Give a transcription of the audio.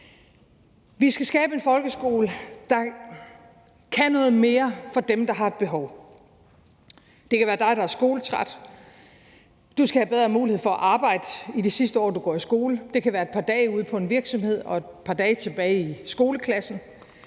Vi skal skabe en folkeskole, der kan noget mere for dem, der har et behov. Det kan være dig, der er skoletræt. Du skal have bedre mulighed for at arbejde i det sidste år, du går i skole. Det kan være et par dage ude på en virksomhed og et par dage tilbage i skoleklassen.